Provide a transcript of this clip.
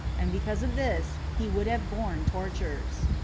and because of this he would have borne tortures.